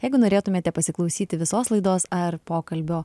jeigu norėtumėte pasiklausyti visos laidos ar pokalbio